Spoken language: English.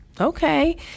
Okay